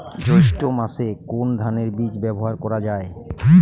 জৈষ্ঠ্য মাসে কোন ধানের বীজ ব্যবহার করা যায়?